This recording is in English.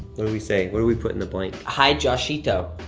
what do we say, what do we put in the blank? hi, josh sheeto.